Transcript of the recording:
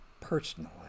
personally